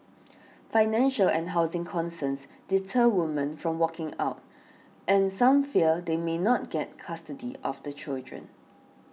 financial and housing concerns deter women from walking out and some fear they may not get custody of the children